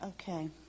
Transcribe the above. Okay